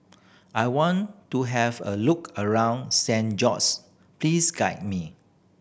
I want to have a look around Saint George's please guide me